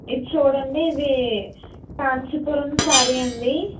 ఇటు చూడండి ఇది కాంచీపురం సారీ అండి